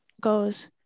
goes